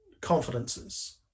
confidences